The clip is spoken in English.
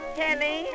Kelly